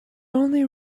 only